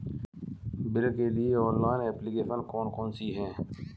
Bill के लिए online application कौन कौन सी हैं?